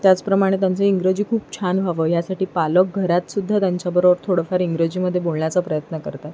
त्याचप्रमाणे त्यांचं इंग्रजी खूप छान व्हावं यासाठी पालक घरात सुद्धा त्यांच्या बरोबर थोडंफार इंग्रजीमध्ये बोलण्याचा प्रयत्न करतात